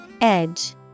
Edge